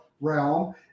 realm